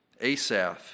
Asaph